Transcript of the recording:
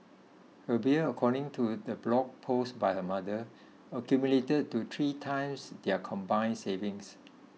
her bills according to the blog post by her mother accumulated to three times their combined savings